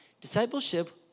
Discipleship